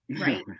Right